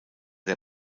der